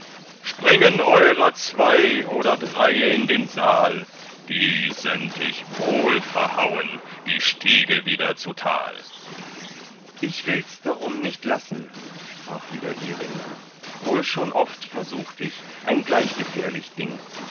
springen eurer zwei oder dreie in den saal die send ich wohlverhauen die stiege wieder zutal ich wills darum nicht lassen sprach wieder iring wohl schon oft versucht ich ein gleich gefährlich ding